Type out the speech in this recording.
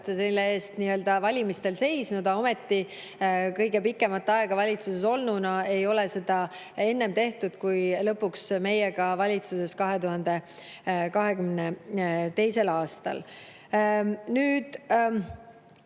pidevalt valimistel seisnud, aga ometi kõige pikemat aega valitsuses olnuna ei ole seda enne tehtud, kui lõpuks meiega valitsuses olles 2022. aastal. Nüüd,